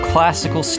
Classical